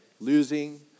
Losing